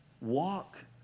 walk